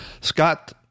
Scott